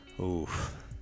Oof